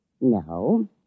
No